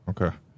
Okay